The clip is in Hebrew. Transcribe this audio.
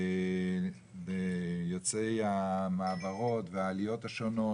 יוצאי המעברות והעליות השונות,